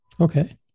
Okay